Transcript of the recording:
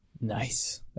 Nice